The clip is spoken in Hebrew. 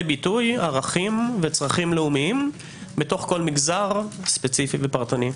ביטוי ערכים וצרכים לאומיים בתוך כל מגזר ספציפי ופרטני.